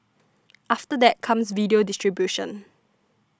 after that comes video distribution